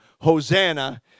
Hosanna